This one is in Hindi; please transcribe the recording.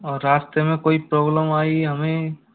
और रास्ते में कोई प्रॉब्लम आई हमें